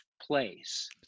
place